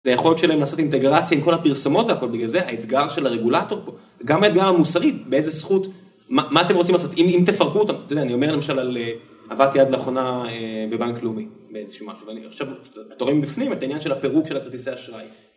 זה היכולת שלהם לעשות אינטגרציה עם כל הפרסמות אבל בגלל זה, האתגר של הרגולטור פה, גם האתגר המוסרית, באיזה זכות, מה אתם רוצים לעשות, אם תפרקו אותם, אתה יודע, אני אומר למשל על עבדתי עד לאחרונה בבנק לאומי, באיזשהו משהו, ואני עכשיו, אתם רואים בפנים את העניין של הפירוק של הכרטיסי אשראי.